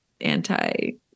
anti-